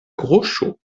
groŝo